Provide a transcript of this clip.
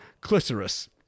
clitoris